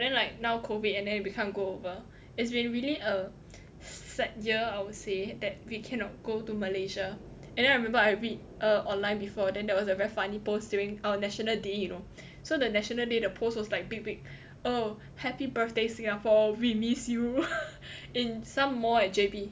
then like now COVID and then you can't go over it's been really a sad year I would say that we cannot go to Malaysia and then I remember I read err online before then there was a very funny post during our national day you know so the national day the post was like big big oh happy birthday Singapore we miss you in some more at J_B